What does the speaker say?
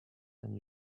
and